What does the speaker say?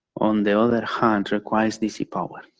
on the other hand, requires dc power.